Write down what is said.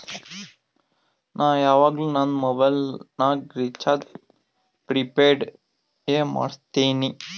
ನಾ ಯವಾಗ್ನು ನಂದ್ ಮೊಬೈಲಗ್ ರೀಚಾರ್ಜ್ ಪ್ರಿಪೇಯ್ಡ್ ಎ ಮಾಡುಸ್ತಿನಿ